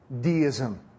deism